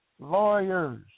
lawyers